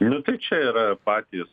nu tai čia yra patys